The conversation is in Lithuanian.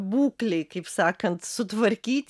būklėj kaip sakant sutvarkyti